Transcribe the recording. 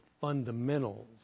Fundamentals